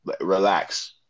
relax